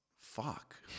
fuck